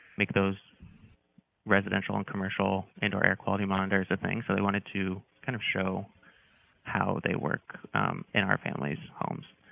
make those residential and commercial indoor air quality monitors a thing. so, we wanted to kind of show how they work in our family's homes.